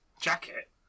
jacket